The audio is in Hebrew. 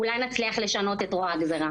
אולי נצליח לשנות את רוע הגזירה.